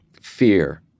fear